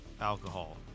alcohol